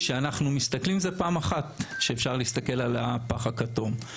כשאנחנו מסתכלים זה פעם אחת שאפשר להסתכל על הפח הכתום.